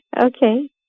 Okay